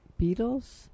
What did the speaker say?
Beatles